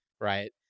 right